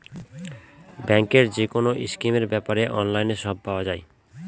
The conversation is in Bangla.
ব্যাঙ্কের যেকোনো স্কিমের ব্যাপারে অনলাইনে সব পাওয়া যাবে